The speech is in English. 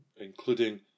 including